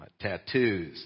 tattoos